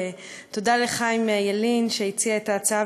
תודה לחיים ילין שהציע את ההצעה,